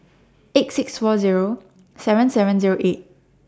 eight six four Zero seven seven Zero eight